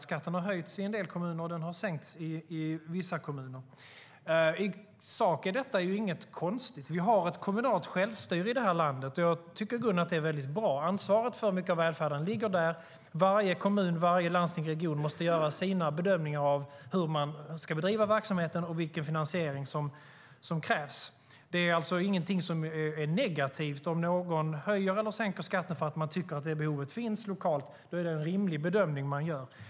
Skatten har höjts i en del kommuner, och den har sänkts i vissa kommuner. I sak är detta inget konstigt. Vi har ett kommunalt självstyre i det här landet. Jag tycker i grunden att det är väldigt bra. Ansvaret för mycket av välfärden ligger där. Varje kommun, landsting och region måste göra sina bedömningar av hur de ska bedriva verksamheten och vilken finansiering som krävs. Det är alltså inte någonting som är negativt om någon höjer eller sänker skatten. Om de tycker att behovet finns lokalt är det en rimlig bedömning de gör.